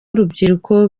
urubyiruko